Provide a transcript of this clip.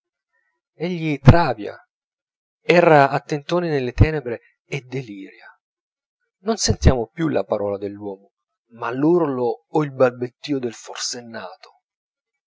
egli travia erra a tentoni nelle tenebre e delira non sentiamo più la parola dell'uomo ma l'urlo o il balbettio del forsennato